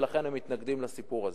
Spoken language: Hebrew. ולכן הם מתנגדים לסיפור הזה.